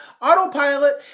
autopilot